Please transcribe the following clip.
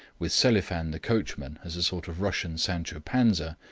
with selifan the coachman as a sort of russian sancho panza,